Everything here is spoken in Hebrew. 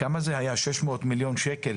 700 מיליון שקל